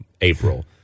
April